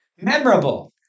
memorable